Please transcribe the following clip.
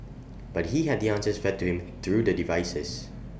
but he had the answers fed to him through the devices